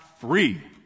free